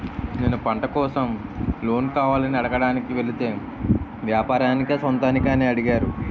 నేను పంట కోసం లోన్ కావాలని అడగడానికి వెలితే వ్యాపారానికా సొంతానికా అని అడిగారు